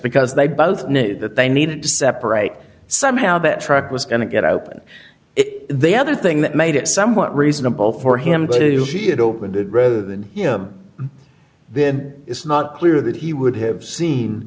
because they both knew that they needed to separate somehow better act was going to get out of it the other thing that made it somewhat reasonable for him to see it opened it rather than then it's not clear that he would have seen